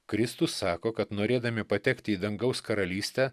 kristus sako kad norėdami patekti į dangaus karalystę